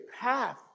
path